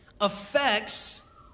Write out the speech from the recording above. affects